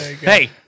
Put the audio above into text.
Hey